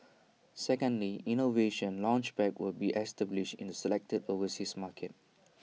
secondly innovation Launchpads will be established in selected overseas markets